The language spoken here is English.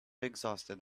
exhausted